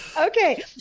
Okay